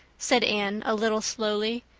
said anne, a little slowly.